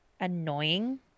annoying